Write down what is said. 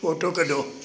photo कढो